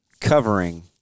Covering